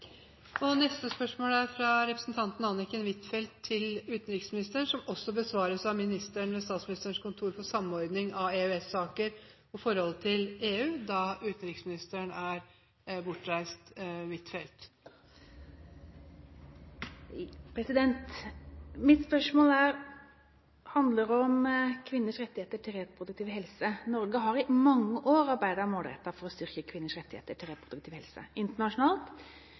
Neste spørsmål er fra representanten Anniken Huitfeldt til utenriksministeren, som også besvares av ministeren ved Statsministerens kontor for samordning av EØS-saker og forholdet til EU, da utenriksministeren er bortreist. Mitt spørsmål handler om kvinners rettigheter til reproduktiv helse: «Norge har i mange år arbeidet målrettet for å styrke kvinners rettigheter til reproduktiv helse. Internasjonalt